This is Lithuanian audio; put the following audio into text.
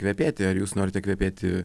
kvepėti ar jūs norite kvepėti